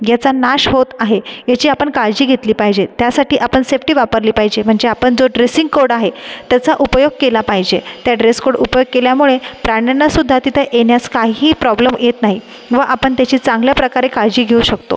याचा नाश होत आहे याची आपण काळजी घेतली पाहिजे त्यासाठी आपण सेप्टी वापरली पाहिजे म्हणजे आपण जो ड्रेसिंग कोड आहे त्याचा उपयोग केला पाहिजे त्या ड्रेसकोड उपयोग केल्यामुळे प्राण्यांनासुद्धा तिथे येण्यास काही प्रॉब्लेम येत नाही व आपण त्याची चांगल्या प्रकारे काळजी घेऊ शकतो